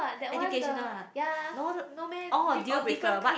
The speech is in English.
educational ah no oh duplicate but